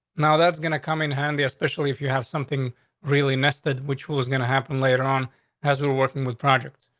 now that's gonna come in handy, especially if you have something really nested. which was gonna happen later on as we were working with projects.